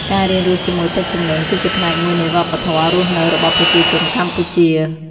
ការរៀនរស់ជាមួយទឹកជំនន់គឺជាផ្នែកមួយនៃវប្បធម៌រស់នៅរបស់ប្រជាជនកម្ពុជា។